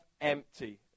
empty